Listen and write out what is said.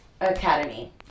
Academy